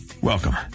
Welcome